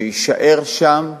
שיישאר שם,